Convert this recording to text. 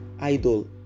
idol